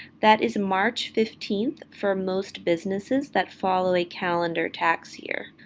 that is march fifteen for most businesses that follow a calendar tax year.